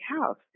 house